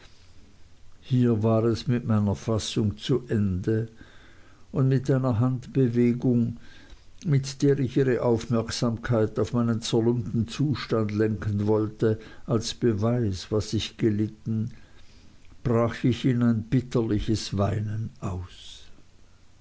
hier war es mit meiner fassung zu ende und mit einer handbewegung mit der ich ihre aufmerksamkeit auf meinen zerlumpten zustand lenken wollte als beweis was ich gelitten brach ich in ein bitterliches weinen aus